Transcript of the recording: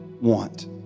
want